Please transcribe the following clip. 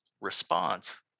response